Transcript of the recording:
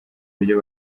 buryo